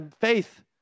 faith